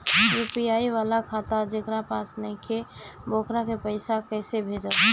UPI वाला खाता जेकरा पास नईखे वोकरा के पईसा कैसे भेजब?